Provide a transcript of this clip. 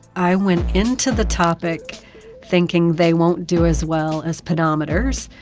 i went into the topic thinking they won't do as well as pedometers,